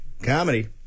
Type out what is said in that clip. comedy